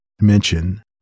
mention